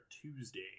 Tuesday